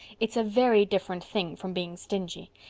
it's a very different thing from being stingy.